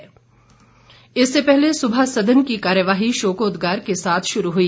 budget शोकोदगार इससे पहले सुबह सदन की कार्यवाही शोकोदगार के साथ शुरू हुई